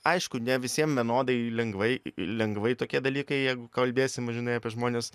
aišku ne visiem vienodai lengvai lengvai tokie dalykai jeigu kalbėsim žinai apie žmones